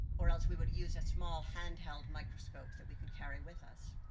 or else we would use a small hand-held microscope that we could carry with us.